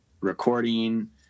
recording